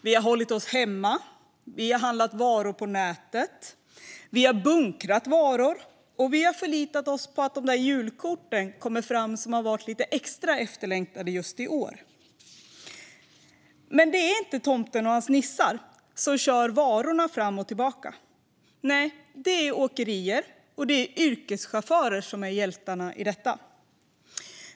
Vi har hållit oss hemma, vi har handlat varor på nätet, vi har bunkrat varor och vi har förlitat oss på att de där julkorten som har varit lite extra efterlängtade just i år kommer fram. Men det är inte tomten och hans nissar som kör varorna fram och tillbaka. Nej, det är åkerier och yrkeschaufförer som är hjältarna i detta.